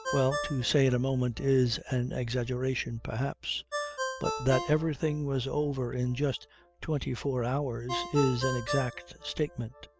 well, to say in a moment is an exaggeration perhaps but that everything was over in just twenty-four hours is an exact statement.